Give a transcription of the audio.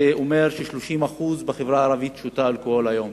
וזה אומר ש-30% מבני הנוער בחברה הערבית שותים אלכוהול היום.